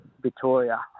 Victoria